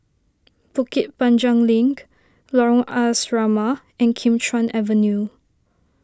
Bukit Panjang Link Lorong Asrama and Kim Chuan Avenue